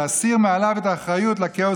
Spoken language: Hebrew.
כדי להסיר מעליו את האחריות לכאוס